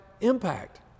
impact